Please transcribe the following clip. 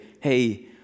hey